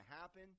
happen